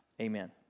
Amen